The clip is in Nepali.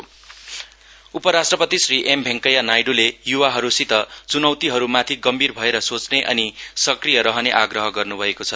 भिपी उपराष्ट्रपति श्री एम भेडकैया नाइड्ले युवाहरूसित चुनौतीहरूमाथि गम्भीर अएर सोच्ने अनि सक्रिय रहने आग्रह गर्न्भएको छ